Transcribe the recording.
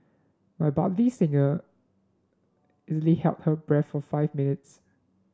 my budding singer easily held her breath for five minutes